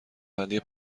بندی